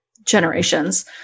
generations